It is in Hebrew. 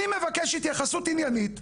אני מבקש התייחסות עניינית,